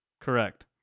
Correct